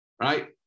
right